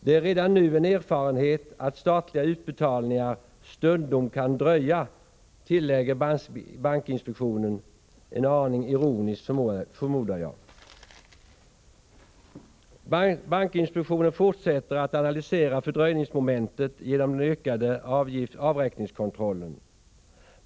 ”Det är redan nu en erfarenhet att statliga utbetalningar stundom kan dröja”, tillägger bankinspektionen — en aning ironiskt, förmodar jag. Bankinspektionen fortsätter att analysera fördröjningen som uppstår till följd av den ökade avräkningskontrollen.